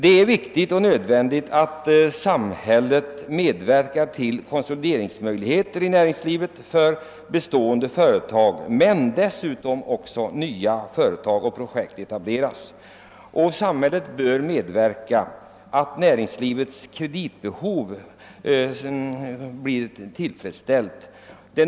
Det är viktigt och nödvändigt att samhället medverkar till att öka konsolideringsmöjligheterna inom näringslivet för bestående företag och även att nya företag kan etableras. Samhället bör också medverka till att näringslivets kreditbehov blir tillfredsställande.